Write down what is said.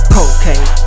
Cocaine